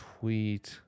Tweet